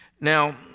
Now